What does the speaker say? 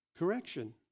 correction